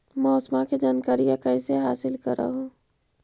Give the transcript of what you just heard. मौसमा के जनकरिया कैसे हासिल कर हू?